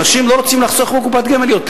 אנשים לא רוצים לחסוך בקופת גמל יותר.